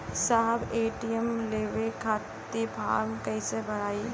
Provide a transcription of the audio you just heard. साहब ए.टी.एम लेवे खतीं फॉर्म कइसे भराई?